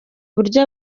uburyo